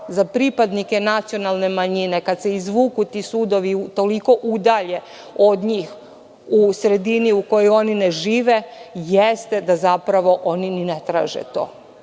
za pripadnike nacionalne manjine, kada se izvuku ti sudovi i toliko udalje od njih u sredini u kojoj oni ne žive, jeste da zapravo oni ni ne traže to,